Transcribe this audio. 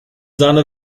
sahne